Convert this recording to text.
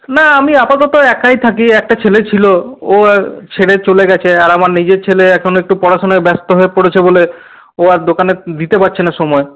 না আমি আপাতত একাই থাকি একটা ছেলে ছিলো ও ছেড়ে চলে গেছে আর আমার নিজের ছেলে এখন একটু পড়াশোনায় ব্যস্ত হয়ে পড়েছে বলে ও আর দোকানে দিতে পারছে না সময়